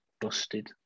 busted